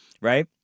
right